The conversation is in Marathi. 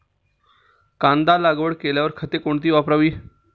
कांदा लागवड केल्यावर खते कोणती वापरावी?